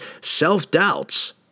self-doubts